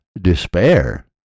despair